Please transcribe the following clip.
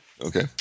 Okay